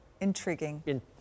Intriguing